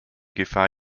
gefahr